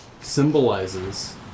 symbolizes